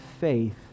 faith